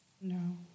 No